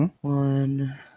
One